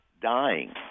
dying